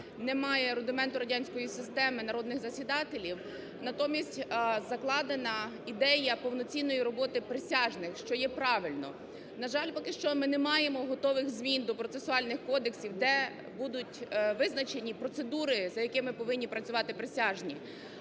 немає рудименту радянської системи народних засідателів, натомість закладена ідея повноцінної роботи присяжних, що є правильно. На жаль, поки що ми не маємо готових змін до процесуальних кодексів, де будуть визначені процедури, за якими повинні працювати присяжні.